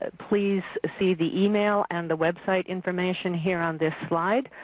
ah please see the email and the website information here on this slide.